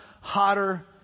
hotter